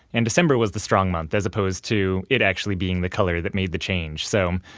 and december was the strong month as opposed to it actually being the color that made the change. so,